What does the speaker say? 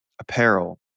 apparel